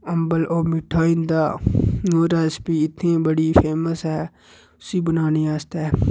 अम्बल ओह् मिट्ठा होई जंदा ओह् रैसिपी इत्थूं दी बड़ी फेमस ऐ उसी बनाने आस्तै